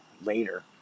later